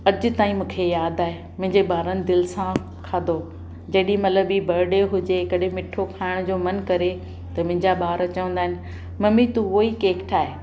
अॼु ताईं मूंखे यादि आहे मुंहिंजे ॿारनि दिलि सां खाधो जेॾीमहिल बि बर्डे हुजे कॾहिं मिठो खाइण जो मनु करे त मुंहिंजा ॿार चवंदा आहिनि मम्मी तू उहो ई केक ठाहे